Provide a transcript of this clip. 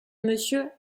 monsieur